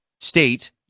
State